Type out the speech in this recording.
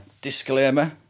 disclaimer